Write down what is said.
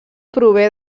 prové